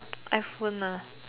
iPhone nah